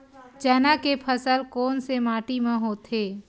चना के फसल कोन से माटी मा होथे?